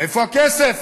איפה הכסף?